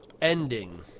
ending